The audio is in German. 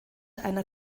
einer